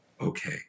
okay